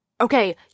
okay